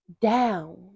Down